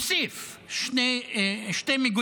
הוא הוסיף שתי מיגוניות.